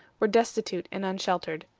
were destitute and unsheltered.